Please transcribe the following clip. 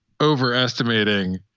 overestimating